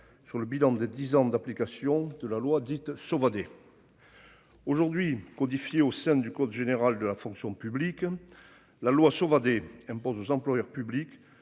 sur le bilan de 10 ans d'application de la loi dite Sauvadet. Aujourd'hui codifié au sein du code général de la fonction publique. La loi Sauvadet impose aux employeurs publics